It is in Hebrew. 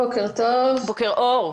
בוקר טוב,